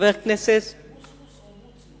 זה מוסמוס או מוצמוץ?